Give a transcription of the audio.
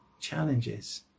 challenges